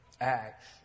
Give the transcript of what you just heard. acts